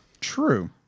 true